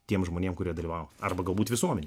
tiems žmonėm kurie dalyvavo arba galbūt visuomenei